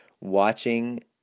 watching